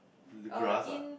l~ grass ah